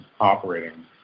operating